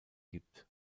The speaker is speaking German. gibt